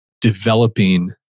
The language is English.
developing